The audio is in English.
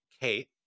Kate